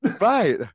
Right